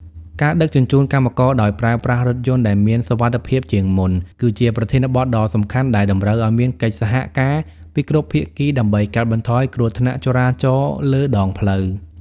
ការដឹកជញ្ជូនកម្មករដោយប្រើប្រាស់រថយន្តដែលមានសុវត្ថិភាពជាងមុន គឺជាប្រធានបទដ៏សំខាន់ដែលតម្រូវឱ្យមានកិច្ចសហការពីគ្រប់ភាគីដើម្បីកាត់បន្ថយគ្រោះថ្នាក់ចរាចរណ៍លើដងផ្លូវ។